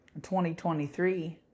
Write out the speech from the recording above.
2023